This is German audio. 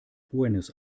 buenos